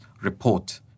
report